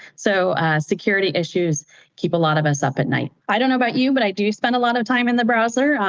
so security issues keep a lot of us up at night. i don't know about you, but i do spend a lot of time in the browser,